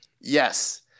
Yes